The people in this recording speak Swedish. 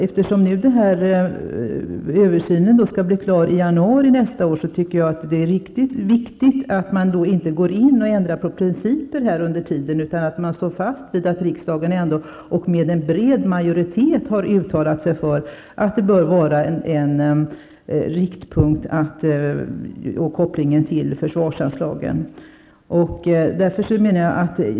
Eftersom översynen skall bli klar i januari nästa år tycker jag att det är viktigt att man inte ändrar principerna under tiden utan står fast vid att riksdagen med en bred majoritet har uttalat sig för att kopplingen till försvarsanslagen bör vara en riktpunkt.